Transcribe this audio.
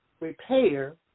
repair